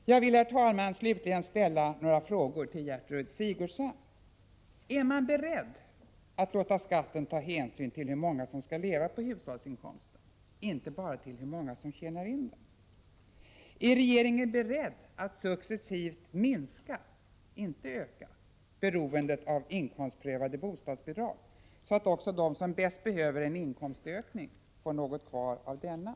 Jag vill, herr talman, slutligen ställa några frågor till Gertrud Sigurdsen. Är man beredd att låta skatten ta hänsyn till hur många som skall leva på hushållsinkomsten, inte bara till hur många som tjänar in den? Är regeringen beredd att successivt minska — inte öka — beroendet av inkomstprövade bostadsbidrag, så att också de som bäst behöver en inkomstökning får något kvar av denna?